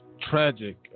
tragic